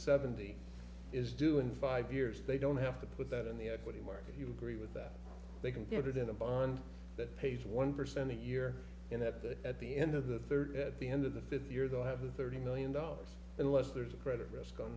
seventy is due in five years they don't have to put that in the open market you agree with that they can get it in a bond that page one percent a year in that at the end of the third at the end of the fifth year they'll have a thirty million dollars unless there's a credit risk on